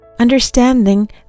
understanding